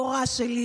המורה שלי,